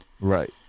Right